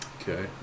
Okay